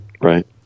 Right